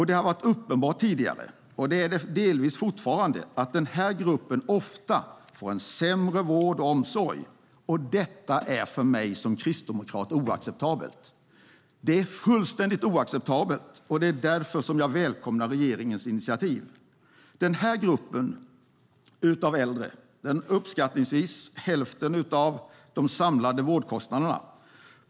Det har varit uppenbart tidigare - och det är det delvis fortfarande - att den här gruppen ofta får en sämre vård och omsorg. Detta är för mig som kristdemokrat fullständigt oacceptabelt. Det är därför som jag välkomnar regeringens initiativ. Den här gruppen av äldre står uppskattningsvis för hälften av de samlade vårdkostnaderna.